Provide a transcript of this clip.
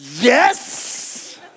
yes